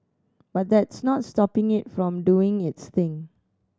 but that's not stopping it from doing its thing